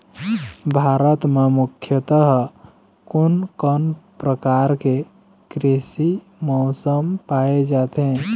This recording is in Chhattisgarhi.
भारत म मुख्यतः कोन कौन प्रकार के कृषि मौसम पाए जाथे?